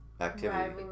activity